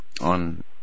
on